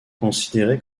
considéré